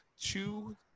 two